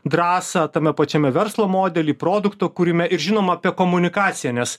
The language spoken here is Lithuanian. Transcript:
drąsą tame pačiame verslo modely produkto kūrime ir žinoma apie komunikaciją nes